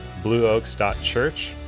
blueoaks.church